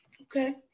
Okay